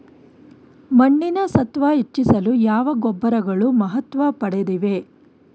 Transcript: ಮಣ್ಣಿನ ಸತ್ವ ಹೆಚ್ಚಿಸಲು ಯಾವ ಗೊಬ್ಬರಗಳು ಮಹತ್ವ ಪಡೆದಿವೆ?